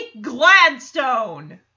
Gladstone